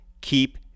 keep